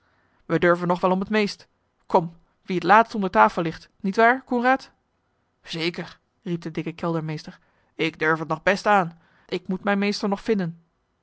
wij durven nog wel om het meest komt wie het laatst onder tafel ligt niet waar coenraad zeker riep de dikke keldermeester ik durf het nog best aan ik moet mijn meester nog vinden